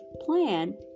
plan